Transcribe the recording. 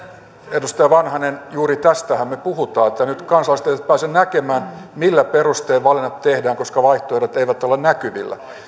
edustaja vanhanen juuri tästähän me puhumme että nyt kansalaiset eivät pääse näkemään millä perustein valinnat tehdään koska vaihtoehdot eivät ole näkyvillä